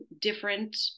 different